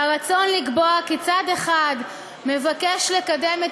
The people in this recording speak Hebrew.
והרצון לקבוע כי צד אחד מבקש לקדם את